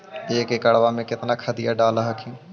एक एकड़बा मे कितना खदिया डाल हखिन?